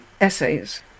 essays